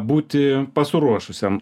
būti pasiruošusiam